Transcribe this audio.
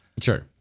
Sure